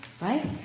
Right